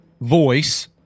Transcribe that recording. voice